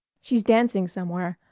she's dancing somewhere.